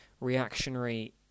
reactionary